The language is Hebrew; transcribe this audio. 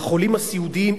לחולים הסיעודיים,